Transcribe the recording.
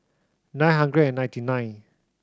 nine hundred and ninety nine